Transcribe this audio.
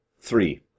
Three